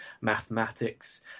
mathematics